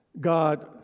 God